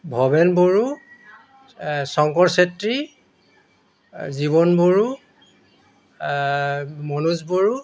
Bhaben Boro Shankar Chetri Jiban Boro Manoj Bodo